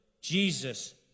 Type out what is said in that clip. Jesus